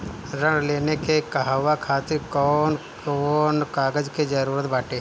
ऋण लेने के कहवा खातिर कौन कोन कागज के जररूत बाटे?